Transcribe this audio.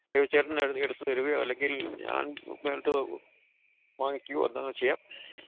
ബേബിച്ചേട്ടനട് എടുത്ത് തരുകയോ അല്ലെങ്കില് ഞാന് നേരിട്ട് വാങ്ങിക്കുവോ എന്താന്ന് വെച്ചാൽ ചെയ്യാം